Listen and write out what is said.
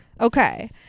okay